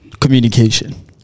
Communication